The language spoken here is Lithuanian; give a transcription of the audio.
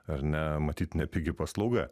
ar ne matyt nepigi paslauga